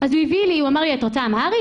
אז הוא אמר לי: את רוצה אמהרית,